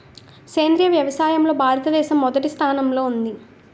సేంద్రీయ వ్యవసాయంలో భారతదేశం మొదటి స్థానంలో ఉంది